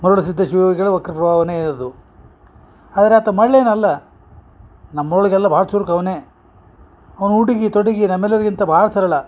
ಮರಡುಸಿದ್ಧ ಶಿವಲಿಂಗನ ವಕ್ರ ಪ್ರಭಾವನೆ ಇರದು ಆದ್ರ ಆತ ಮಳ್ಳೆನಲ್ಲ ನಮ್ಮೊಳ್ಗೆಲ್ಲ ಭಾಳ ಚುರ್ಕ ಅವನೇ ಅವ್ನ ಉಡುಗೆ ತೊಡುಗೆ ನಮ್ಮೆಲ್ಲರ್ಗಿಂತ ಭಾಳ ಸರಳ